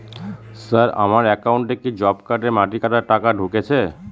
Sir আমার একাউন্টে কি জব কার্ডের মাটি কাটার টাকা ঢুকেছে?